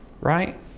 Right